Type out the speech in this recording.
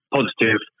positive